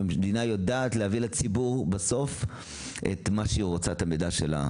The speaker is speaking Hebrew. המדינה יודעת להביא לציבור את המידע שהיא רוצה להעביר.